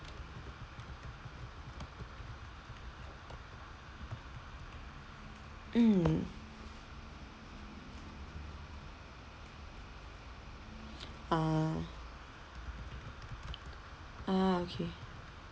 mm ah ah okay